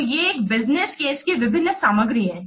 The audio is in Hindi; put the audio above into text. तो ये एक बिजनेस केस की विभिन्न सामग्री हैं